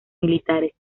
militares